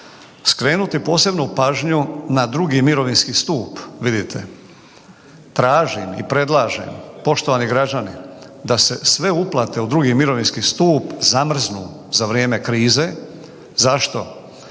skrenuti posebnu pažnju na drugi mirovinski stup. Tražim i predlažem, poštovani građani, da se sve uplate u drugi mirovinski stup zamrznu za vrijeme krize. Zašto?